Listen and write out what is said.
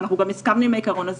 ואנחנו גם הסכמנו עם העיקרון הזה,